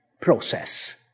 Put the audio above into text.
process